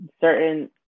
certain